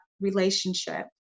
relationship